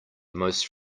most